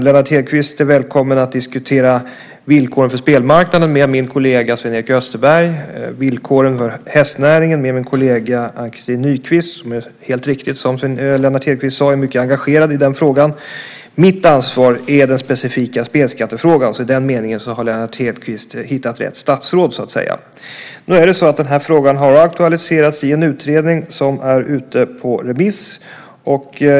Lennart Hedquist är välkommen att diskutera villkoren för spelmarknaden med min kollega Sven-Erik Österberg och villkoren för hästnäringen med min kollega Ann-Christin Nykvist, som precis som Lennart Hedquist sade är mycket engagerad i den frågan. Mitt ansvar är den specifika spelskattefrågan. I den meningen har alltså Lennart Hedquist hittat rätt statsråd, så att säga. Nu har den här frågan aktualiserats i en utredning som är ute på remiss.